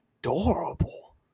adorable